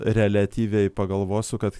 reliatyviai pagalvosiu kad